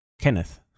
kenneth